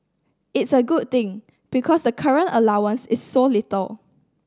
it's a good thing because the current allowance is so little